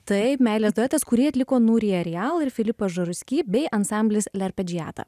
taip meilės duetas kurį atliko nuria rial ir filipas jaroussky bei ansamblis l arpeggiata